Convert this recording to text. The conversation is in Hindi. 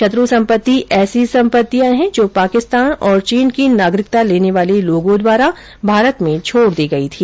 शत्र् संपत्ति ऐसी संपत्तियां हैं जो पाकिस्तान और चीन की नागरिकता लेने वाले लोगों द्वारा भारत में छोड़ दी गई थी